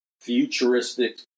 futuristic